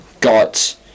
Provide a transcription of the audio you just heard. got